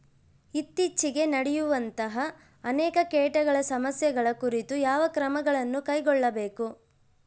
ಇತ್ತೇಚಿಗೆ ನಡೆಯುವಂತಹ ಅನೇಕ ಕೇಟಗಳ ಸಮಸ್ಯೆಗಳ ಕುರಿತು ಯಾವ ಕ್ರಮಗಳನ್ನು ಕೈಗೊಳ್ಳಬೇಕು?